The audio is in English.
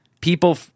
people